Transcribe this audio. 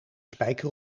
spijker